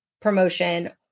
promotion